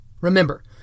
Remember